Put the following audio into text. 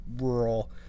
rural